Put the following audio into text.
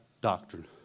doctrine